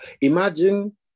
imagine